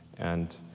and